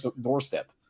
doorstep